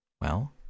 Well